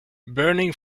burning